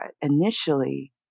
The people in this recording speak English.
initially